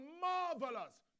marvelous